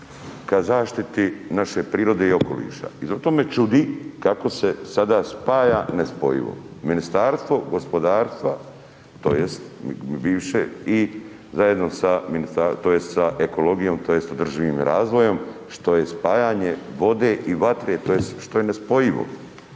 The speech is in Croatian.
ka zaštiti naše prirode i okoliša i zato me čudi kako se sada spaja nespojivo, Ministarstvo gospodarstva tj. bivše i zajedno sa ministarstvom tj. sa ekologijom tj. održivim razvojom, što je spajanje vode i vatre tj. što je nespojivo.